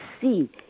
see